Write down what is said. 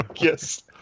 Yes